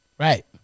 Right